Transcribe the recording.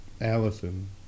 Allison